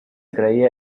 creía